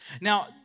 Now